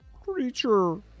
Creature